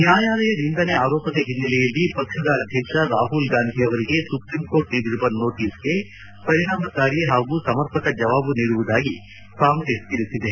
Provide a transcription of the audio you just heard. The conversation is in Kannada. ನ್ನಾಯಾಲಯ ನಿಂದನೆ ಆರೋಪದ ಹಿನ್ನೆಲೆಯಲ್ಲಿ ಪಕ್ಷದ ಅಧ್ಯಕ್ಷ ರಾಹುಲ್ ಗಾಂಧಿ ಅವರಿಗೆ ಸುಪ್ರೀಂಕೋರ್ಟ್ ನೀಡಿರುವ ನೋಟಿಸ್ಗೆ ಪರಿಣಾಮಕಾರಿ ಹಾಗೂ ಸಮರ್ಪಕ ಜವಾಬು ನೀಡುವುದಾಗಿ ಕಾಂಗ್ರೆಸ್ ತಿಳಿಸಿದೆ